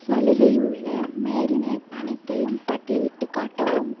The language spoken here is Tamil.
சலுகை உள்ள மேரினேட் அனைத்தையும் பட்டியலிட்டுக் காட்டவும்